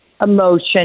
emotion